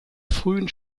frühen